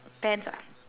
pants ah